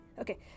Okay